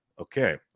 okay